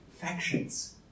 factions